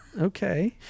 Okay